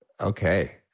okay